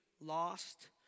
lost